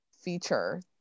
feature